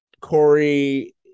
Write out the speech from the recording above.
Corey